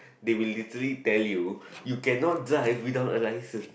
they will literally tell you you cannot drive without a license